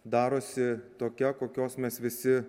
darosi tokia kokios mes visi